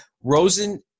Rosen